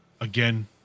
Again